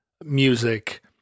music